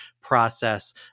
process